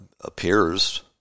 appears